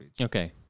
Okay